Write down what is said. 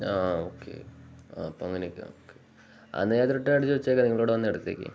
ആ ഓക്കെ അപ്പോള് അങ്ങനെയൊക്കെയാണ് ഓക്കെ എന്നാല് ഞാനിത് റിട്ടേണടിച്ച് വെച്ചേക്കാം നിങ്ങളിവിടെ വന്നെടുത്തേക്കൂ